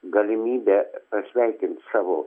galimybe pasveikint savo